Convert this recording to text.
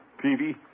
Peavy